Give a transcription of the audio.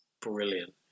brilliant